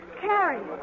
Carrie